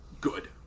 good